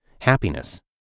happiness